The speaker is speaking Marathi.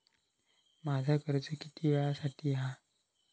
माझा कर्ज किती वेळासाठी हा?